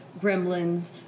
Gremlins